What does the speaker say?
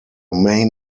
main